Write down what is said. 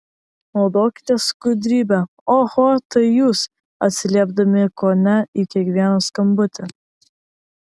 naudokitės gudrybe oho tai jūs atsiliepdami kone į kiekvieną skambutį